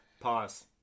pause